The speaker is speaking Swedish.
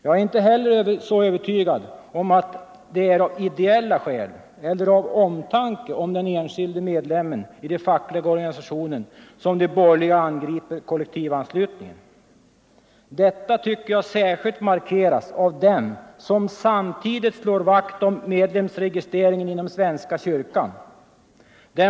Jag är inte heller övertygad om att det är av ideella skäl eller av omtanke om den enskilde medlemmen i den fackliga organisationen som de borgerliga angriper kollektivanslutningen. Detta tycker jag särskilt markeras av dem som samtidigt slår vakt om medlemsregistreringen inom svenska kyrkan.